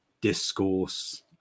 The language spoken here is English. discourse